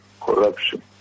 corruption